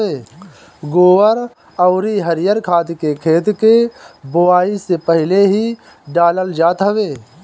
गोबर अउरी हरिहर खाद के खेत के बोआई से पहिले ही डालल जात हवे